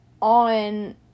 on